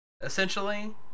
Essentially